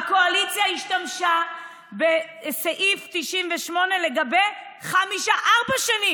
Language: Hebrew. הקואליציה השתמשה בסעיף 98 חמש פעמים.